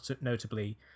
notably